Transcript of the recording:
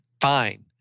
Fine